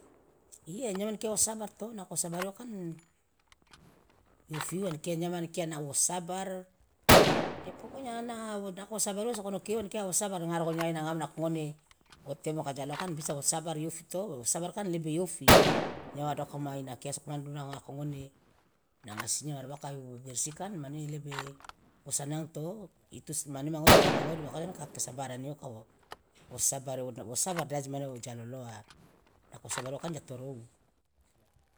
iya nyawa an kia wo sabar to nako sabar uwa kan iofi uwa an kia nyawa an kia wo sabar de pokonya nako wo sabar uwa sokonoke uwa ankia wo sabar ngaro ka nyawa ina ngamo nako ngone wo temo ka jaloa kan bisa wo sabar iofi to wo sabar kan lebe iofi nyawa dokama inakia so komane duru nako ngone nanga sinyia marabaka ibersi kan mane lebe wo sanang to itu mane ngoe ka de ma ngoe kato sabarang oka osabar de aje mane ja loloa nako wo sabar uwa kan ja torou.